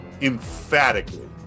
emphatically